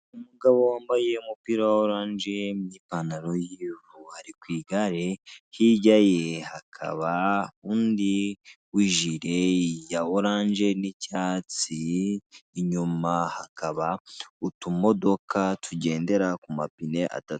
Umugabo wambaye umupira wa orange n'ipantaro y'ubururu ari ku igare, hirya ye hakaba undi wijire ya orange n'icyatsi, inyuma hakaba utumodoka tugendera ku mapine atatu.